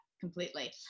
completely